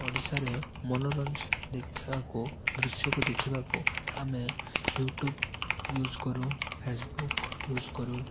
ଓଡ଼ିଶାରେ ମନୋରଞ୍ଜନ ଦେଖିବାକୁ ଦୃଶ୍ୟକୁ ଦେଖିବାକୁ ଆମେ ୟୁଟ୍ୟୁବ୍ ୟୁଜ୍ କରୁ ଫେସବୁକ୍ ୟୁଜ୍ କରୁ